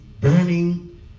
burning